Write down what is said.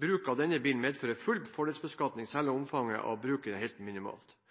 bruk av denne bilen medføre full fordelsbeskatning selv om omfanget av bruken er helt minimalt.